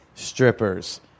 strippers